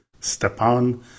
Stepan